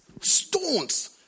Stones